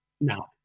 No